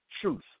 truth